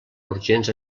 urgents